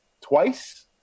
Twice